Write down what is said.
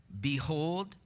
behold